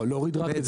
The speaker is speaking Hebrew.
לא, להוריד רק את זה.